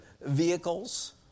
vehicles